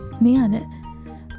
man